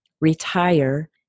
retire